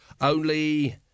Only